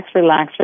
relax